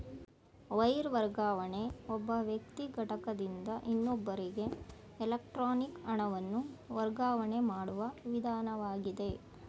wire ವರ್ಗಾವಣೆ ಒಬ್ಬ ವ್ಯಕ್ತಿ ಘಟಕದಿಂದ ಇನ್ನೊಬ್ಬರಿಗೆ ಎಲೆಕ್ಟ್ರಾನಿಕ್ ಹಣವನ್ನು ವರ್ಗಾವಣೆ ಮಾಡುವ ವಿಧಾನವಾಗಿದೆ